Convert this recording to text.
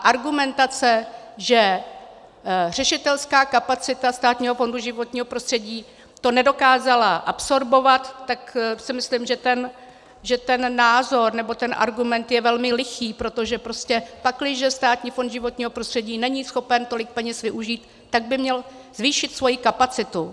Argumentace, že řešitelská kapacita Státního fondu životního prostředí to nedokázala absorbovat, tak si myslím, že ten názor, nebo ten argument je velmi lichý, protože pakliže Státní fond životního prostředí není schopen tolik peněz využít, tak by měl zvýšit svoji kapacitu.